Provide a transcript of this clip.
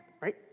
right